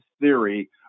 Theory